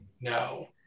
No